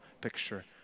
picture